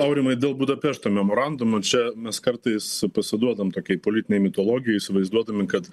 aurimai dėl budapešto memorandumo čia mes kartais pasiduodam tokiai politinei mitologijai įsivaizduodami kad